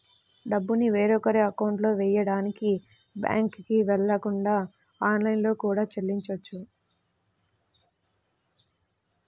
డబ్బుని వేరొకరి అకౌంట్లో వెయ్యడానికి బ్యేంకుకి వెళ్ళకుండా ఆన్లైన్లో కూడా చెల్లించొచ్చు